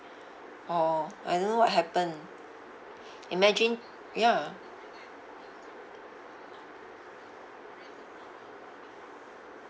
orh I don't know what happened imagine ya